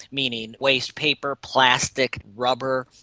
meaning waste paper, plastic, rubber,